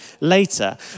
later